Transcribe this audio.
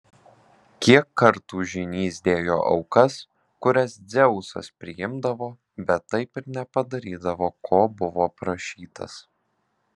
kiek kartų žynys dėjo aukas kurias dzeusas priimdavo bet taip ir nepadarydavo ko buvo prašytas